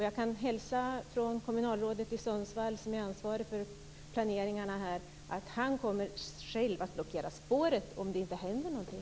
Jag kan hälsa från kommunalrådet i Sundsvall som är ansvarigt för planeringarna. Han kommer själv att blockera spåret om det inte händer någonting.